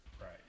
Right